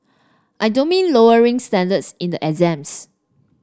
I don't mean lowering standards in the exams